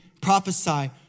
prophesy